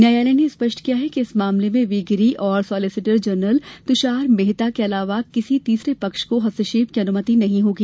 न्यायालय ने स्पष्ट किया कि इस मामले में वी गिरी और सॉलिसिटर जनरल तुषार मेहता के अलावा किसी तीसरे पक्ष को हस्तक्षेप की अनुमति नहीं होगी